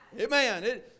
Amen